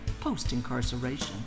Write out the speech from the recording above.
post-incarceration